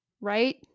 right